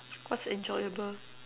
what's enjoyable